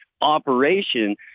operation